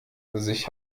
sich